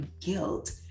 guilt